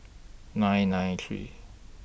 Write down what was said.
nine nine three